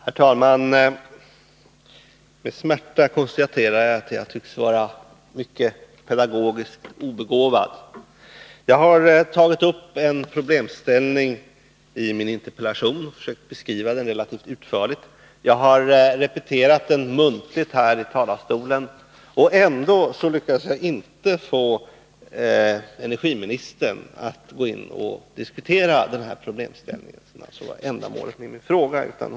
Herr talman! Med smärta konstaterar jag att jag tycks vara pedagogiskt mycket obegåvad. Jag har tagit upp en problemställning i min interpellation och försökt beskriva den relativt utförligt. Jag har repeterat den muntligt här i talarstolen och ändå lyckas jag inte få energiministern att diskutera den problemställning som min fråga gäller.